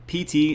PT